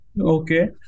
Okay